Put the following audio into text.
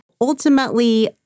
Ultimately